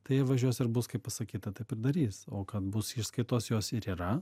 tai jie važiuos ir bus kaip pasakyta taip ir darys o kad bus išskaitos jos ir yra